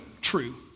true